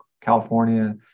California